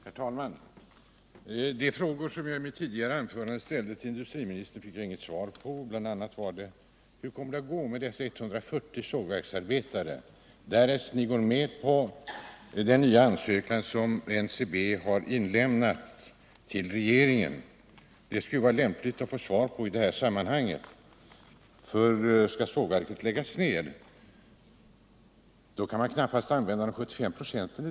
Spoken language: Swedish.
Herr talman! De frågor som jag i mitt tidigare anförande ställde till industriministern fick jag inga svar på. Bl. a. frågade jag: Hur kommer det att gå med 140 sågverksarbetare därest ni går med på den nya ansökan som NCB har inlämnat till regeringen? Det skulle vara lämpligt att få svar på den frågan i detta sammanhang, för om sågverket skall läggas ner kan man knappast använda de 75 procenten.